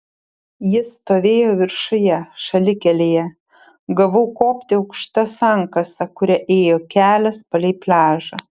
jis stovėjo viršuje šalikelėje gavau kopti aukšta sankasa kuria ėjo kelias palei pliažą